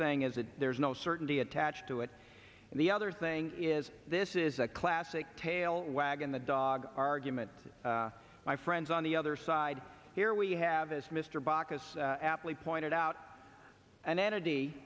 saying is that there's no certainty attached to it and the other thing is this is a classic tail wagging the dog argument my friends on the other side here we have as mr baucus aptly pointed out an entity